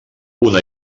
una